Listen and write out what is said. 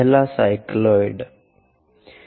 पहला साइक्लॉयड है